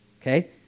Okay